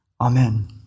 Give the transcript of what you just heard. Amen